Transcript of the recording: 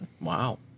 Wow